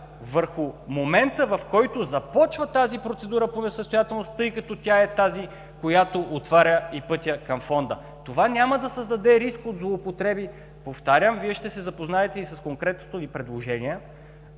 върху момента, в който започва тази процедура по несъстоятелност, тъй като тя е тази, която отваря пътя към Фонда. Това няма да създаде риск от злоупотреби, повтарям Вие ще се запознаете и с конкретното ни предложение.